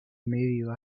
medio